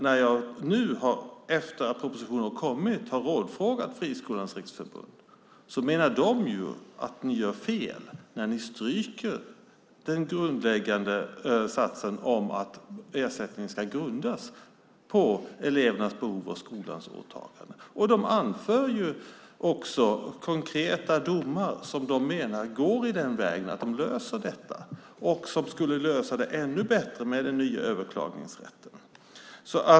När jag nu, efter att propositionen har kommit, har rådfrågat Friskolornas riksförbund, har jag förstått att de menar att ni gör fel när ni stryker den grundläggande satsen om att ersättningen ska grundas på elevernas behov och skolans åtaganden. Man anför också konkreta domar som man menar går i den vägen att de löser detta, och de skulle lösa det ännu bättre med den nya överklagningsrätten.